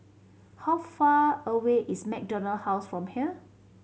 how far away is MacDonald House from here